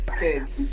kids